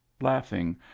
laughing